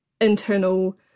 internal